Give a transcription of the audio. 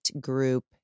group